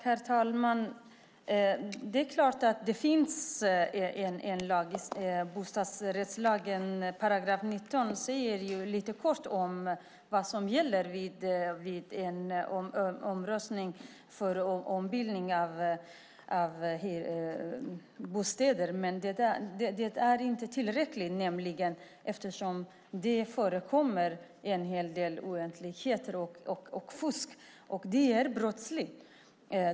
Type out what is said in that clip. Herr talman! Det är klart att det finns en lag, bostadsrättslagen. I 9 kap. § 19 i den lagen sägs lite kort vad som gäller vid en omröstning vid ombildning av hyresrätt till bostadsrätt. Men det är inte tillräckligt, eftersom det förekommer en hel del oegentligheter och fusk, och det är brottsligt.